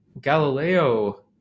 Galileo